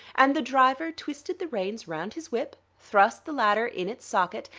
and the driver twisted the reins round his whip, thrust the latter in its socket,